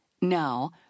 Now